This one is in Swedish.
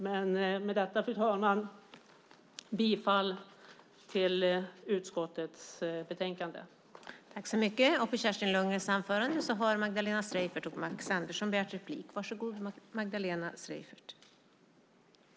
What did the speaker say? Med detta yrkar jag bifall till utskottets förslag i betänkandet.